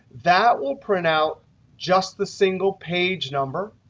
that will print out just the single page number.